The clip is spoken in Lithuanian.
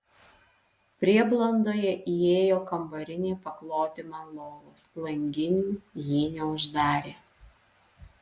prieblandoje įėjo kambarinė pakloti man lovos langinių jį neuždarė